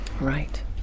Right